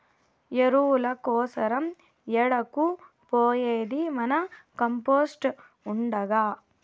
ఎరువుల కోసరం ఏడకు పోయేది మన కంపోస్ట్ ఉండగా